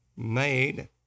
made